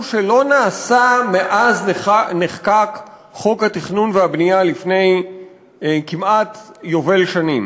שלא נעשה מאז נחקק חוק התכנון והבנייה לפני כמעט יובל שנים: